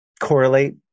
correlate